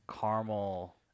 caramel